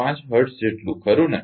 5 hertz ખરુ ને